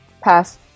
Pass